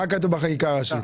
מה כתוב בחקיקה הראשית?